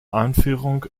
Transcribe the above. einführung